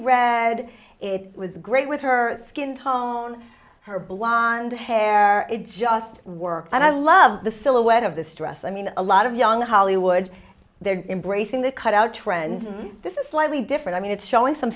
read it was great with her skin tone her blond hair it just worked and i love the silhouette of this dress i mean a lot of young hollywood they're embracing the cut out trend this is slightly different i mean it's showing some